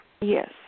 Yes